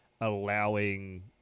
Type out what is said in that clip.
allowing